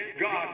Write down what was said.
God